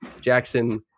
Jackson